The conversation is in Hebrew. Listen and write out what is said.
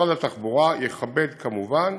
משרד התחבורה יכבד, כמובן,